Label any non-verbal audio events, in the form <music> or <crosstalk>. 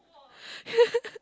<laughs>